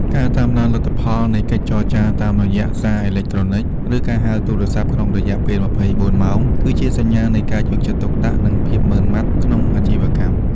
ការតាមដានលទ្ធផលនៃកិច្ចចរចាតាមរយៈសារអេឡិចត្រូនិច ឬការហៅទូរស័ព្ទក្នុងរយៈពេល ២៤ ម៉ោងក្រោយ គឺជាសញ្ញានៃការយកចិត្តទុកដាក់ និងភាពម៉ឺងម៉ាត់ក្នុងអាជីវកម្ម។